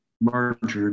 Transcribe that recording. merged